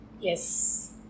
Yes